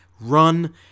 Run